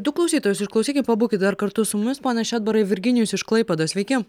du klausytojus išklausykim pabūkite dar kartu su mumis pone šedbarai virginijus iš klaipėdos sveiki